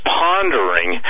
pondering